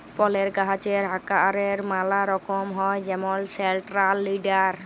ফলের গাহাচের আকারের ম্যালা রকম হ্যয় যেমল সেলট্রাল লিডার